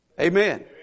Amen